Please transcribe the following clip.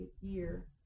year